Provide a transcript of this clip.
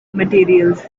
materials